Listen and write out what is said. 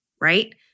right